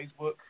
Facebook